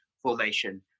formation